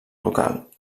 local